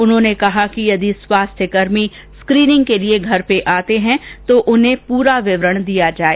उन्होंने कहा कि यदि स्वास्थ्यकर्मी स्क्रीनिंग के लिए घर आते हैं तो उन्हें पूरा विवरण दिया जाए